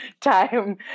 time